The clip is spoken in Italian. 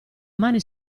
mani